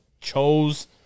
chose